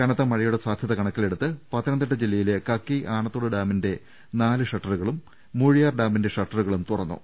കനത്ത മഴയുടെ സാധ്യത കണക്കിലെടുത്ത് പത്തനംതിട്ട ജില്ല യിലെ കക്കി ആനത്തോട് ഡാമിന്റെ നാല് ഷട്ടറുകളും മൂഴിയാർ ഡാമിന്റെ ഷട്ടറുകളും തുറന്നു